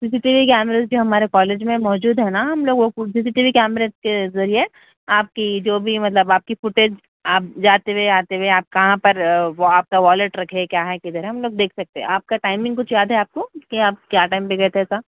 سی C T V cameras جو ہمارے college میں موجود ہے نا ہم لوگ وہ سی سی ٹی کیمرے کے ذریعے آپ کی جو بھی مطلب آپ کی فوٹیج آپ جاتے ہوئے آتے ہوئے آپ کہاں پر وہ آپ کا وایلٹ رکھے کیا ہے کدھر ہے ہم لوگ دیکھ سکتے آپ کا ٹائمنگ کچھ یاد ہے آپ کو کہ آپ کیا ٹائم پہ گئے تھے ایسا